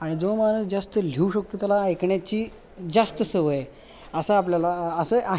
आणि जो माणूस जास्त लिहू शकतो त्याला ऐकण्याची जास्त सवय असं आपल्याला असं आहे